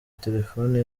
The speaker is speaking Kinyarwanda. terefone